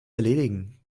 erledigen